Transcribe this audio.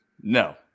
No